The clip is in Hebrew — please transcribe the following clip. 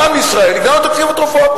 לעם ישראל הגדלנו את תקציב התרופות,